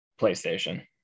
playstation